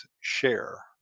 share